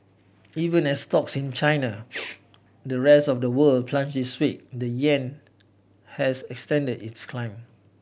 even as stocks in China the rest of the world plunged this week the yuan has extended its climb